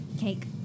Cake